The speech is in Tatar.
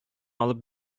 алып